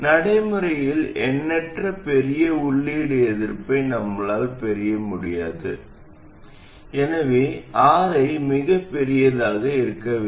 நடைமுறையில் எண்ணற்ற பெரிய உள்ளீட்டு எதிர்ப்பை நம்மால் பெற முடியாது எனவே Ri மிகப் பெரியதாக இருக்க வேண்டும்